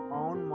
own